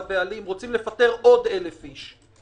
והבעלים רוצים לפטר עוד אלף איש,